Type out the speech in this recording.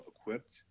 equipped